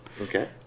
Okay